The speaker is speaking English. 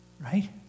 Right